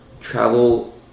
travel